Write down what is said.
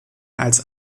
als